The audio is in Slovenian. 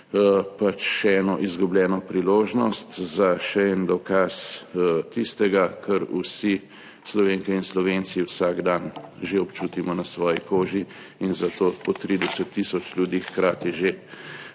za še eno izgubljeno priložnost, za še en dokaz tistega, kar vsi Slovenke in Slovenci vsak dan že občutimo na svoji koži, in za to po 30 tisoč ljudi hkrati že